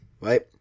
right